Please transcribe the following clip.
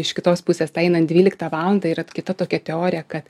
iš kitos pusės tą einant dvyliktą valandą yra kita tokia teorija kad